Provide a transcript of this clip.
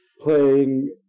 Playing